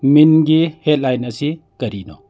ꯃꯤꯟꯒꯤ headline ꯑꯁꯤ ꯀꯔꯤꯅꯣ